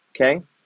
Okay